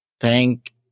Thank